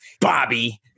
Bobby